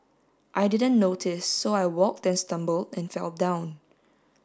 I didn't notice so I walked and stumbled and fell down